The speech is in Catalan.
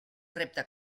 repte